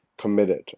committed